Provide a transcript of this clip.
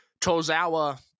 Tozawa